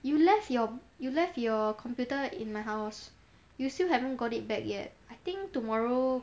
you left your you left your computer in my house you still haven't got it back yet I think tomorrow